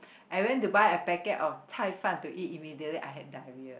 I went to a packet of 菜饭 to eat immediately I had diarrhea